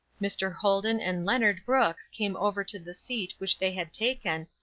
mr. holden and leonard brooks came over to the seat which they had taken,